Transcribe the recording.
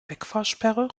wegfahrsperre